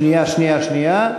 משולב.